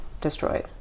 destroyed